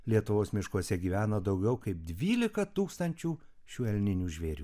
lietuvos miškuose gyvena daugiau kaip dvylika tūkstančių šių elninių žvėrių